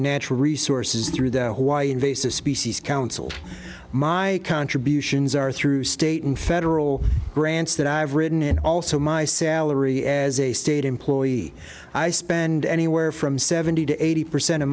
and natural resources through the hawaii invasive species council my contributions are through state and federal grants that i've written and also my salary as a state employee i spend anywhere from seventy to eighty percent of